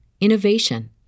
innovation